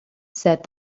said